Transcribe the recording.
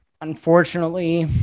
unfortunately